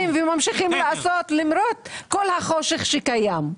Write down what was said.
וממשיכים לעשות למרות כל החושך שקיים.